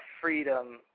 freedom